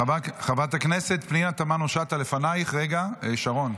חברת הכנסת פנינה תמנו שטה לפנייך, שרון.